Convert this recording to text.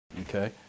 okay